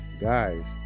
Guys